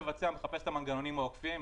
לבצע מחפש את המנגנונים העוקפים,